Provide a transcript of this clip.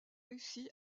réussis